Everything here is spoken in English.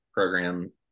Program